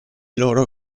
loro